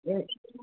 ਇਹ